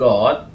God